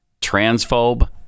transphobe